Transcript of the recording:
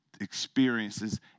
experiences